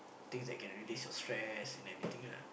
things that can relieve your stress and everything lah